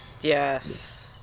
Yes